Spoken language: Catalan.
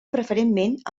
preferentment